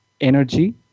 energy